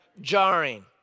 jarring